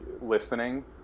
listening